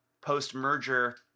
post-merger